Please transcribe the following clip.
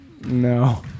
No